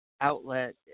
outlet